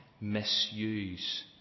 misuse